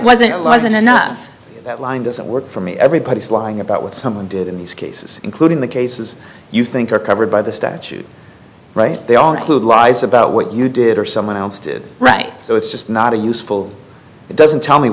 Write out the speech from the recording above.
wasn't enough that line doesn't work for me everybody is lying about what someone did in these cases including the cases you think are covered by the statute right they all lies about what you did or someone else did right so it's just not a useful it doesn't tell me